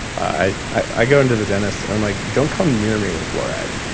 i go into the dentist and i'm like, don't come near me with fluoride.